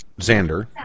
Xander